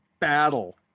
battle